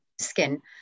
skin